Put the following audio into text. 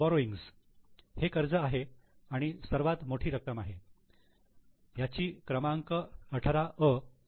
borrowings हे कर्ज आहे आणि सर्वात मोठी रक्कम आहे याची क्रमांक 18अ आहे